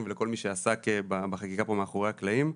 ולכל מי שעסק בחקיקה פה מאחורי הקלעים.